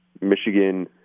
Michigan